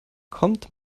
kommt